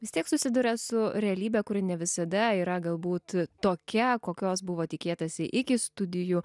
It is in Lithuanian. vis tiek susiduria su realybe kuri ne visada yra galbūt tokia kokios buvo tikėtasi iki studijų